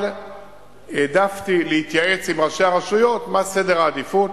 אבל העדפתי להתייעץ עם ראשי הרשויות מה סדר העדיפויות,